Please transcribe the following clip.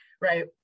Right